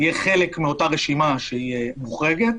יהיה חלק מאותה רשימה שהיא מוחרגת.